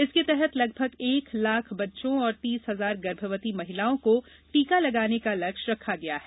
इसके तहत लगभग एक लाख बच्चों और तीस हजार गर्भवती महिलाओं को टीका लगाने का लक्ष्य रखा गया है